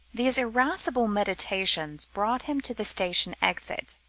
these irascible meditations brought him to the station exit,